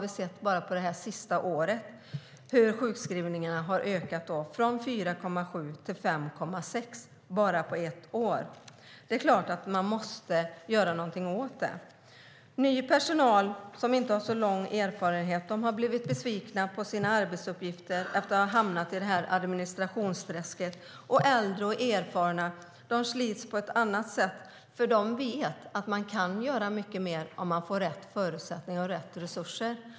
Vi har sett hur sjukskrivningarna ökat från 4,7 till 5,6 procent på bara ett år. Det är klart att man måste göra någonting åt det. Ny personal som inte har så lång erfarenhet har blivit besvikna på sina arbetsuppgifter efter att ha hamnat i detta administrationsträsk. Äldre och erfarna slits på ett annat sätt, för de vet att man kan göra mycket mer om man får rätt förutsättningar och rätt resurser.